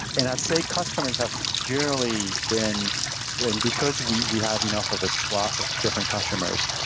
and i'd say customers have generally been and because we we have enough of a swath of different customers,